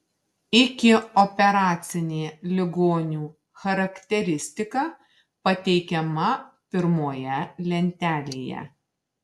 ikioperacinė ligonių charakteristika pateikiama pirmoje lentelėje